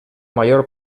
major